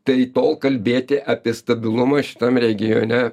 tai tol kalbėti apie stabilumą šitam regione